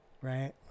right